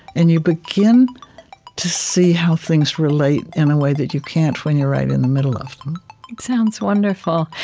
and you begin to see how things relate in a way that you can't when you're right in the middle of them that sounds wonderful.